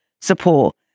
support